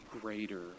greater